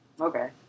okay